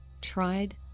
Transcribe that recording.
tried